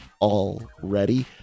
already